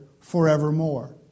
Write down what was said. forevermore